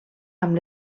amb